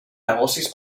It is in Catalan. negocis